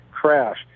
crash